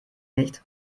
nicht